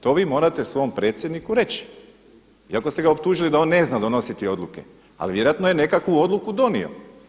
To vi morate svom predsjedniku reći, iako ste ga optužili da on ne zna donositi odluke ali vjerojatno je nekakvu odluku donio.